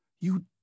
You